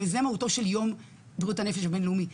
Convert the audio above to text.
זה מהותו של יום בריאות הנפש הבין-לאומי,